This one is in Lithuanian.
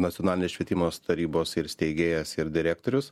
nacionalinės švietimos tarybos ir steigėjas ir direktorius